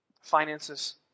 Finances